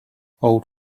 old